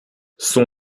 son